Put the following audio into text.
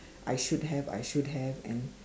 I should have I should have and